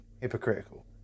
hypocritical